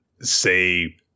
say